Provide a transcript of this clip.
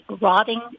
rotting